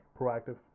proactive